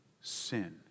sin